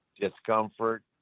discomfort